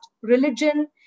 religion